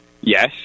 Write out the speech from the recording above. Yes